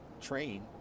train